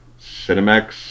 Cinemax